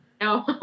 No